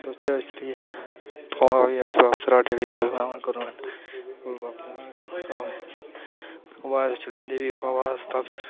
दोस्त अस भी उस थमां बाद भी अस बापस सराढ़ च उत्थुआं बाद गौरमेंट बप्प सराढ़ बप्प सराढ़ उत्थुआं बाद अस चलिये भी उत्थुआं बाद अस कालेज